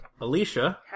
Alicia